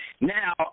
Now